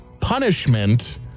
punishment